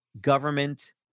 government